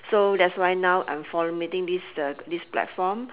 so that's why now I'm formulating this this platform